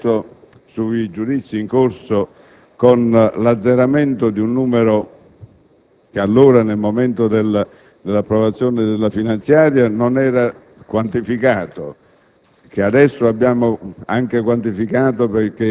primo immediato, vale a dire l'effetto sui giudizi in corso con l'azzeramento di un numero che nel momento dell'approvazione della finanziaria non era quantificato